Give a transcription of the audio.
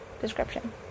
description